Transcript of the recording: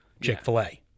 Chick-fil-A